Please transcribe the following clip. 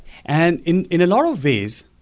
and in in a lot of ways,